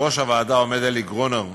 בראש הוועדה עומד אלי גרונר,